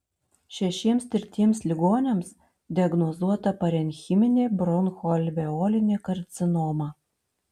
šešiems tirtiems ligoniams diagnozuota parenchiminė bronchoalveolinė karcinoma